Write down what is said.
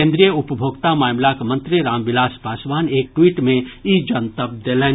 केन्द्रीय उपभोक्ता मामिलाक मंत्री रामविलास पासवान एक ट्वीट मे ई जनतब देलनि